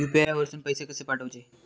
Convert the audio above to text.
UPI वरसून पैसे कसे पाठवचे?